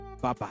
Bye-bye